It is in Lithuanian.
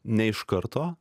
ne iš karto